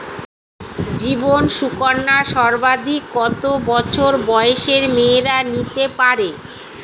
জীবন সুকন্যা সর্বাধিক কত বছর বয়সের মেয়েরা নিতে পারে?